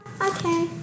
okay